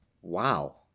Wow